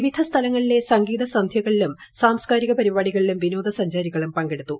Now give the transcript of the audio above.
പിപിധ സ്ഥലങ്ങളിലെ സംഗീത സന്ധ്യകളിലും സാംസ്കാരിക പരിപാടികളിലും വിനോദസഞ്ചാരികളും പങ്കെടുത്തു